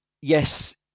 yes